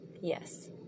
Yes